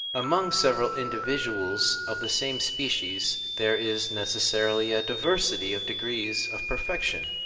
among several individuals of the same species there is necessarily a diversity of degrees of perfection.